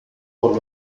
por